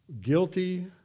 Guilty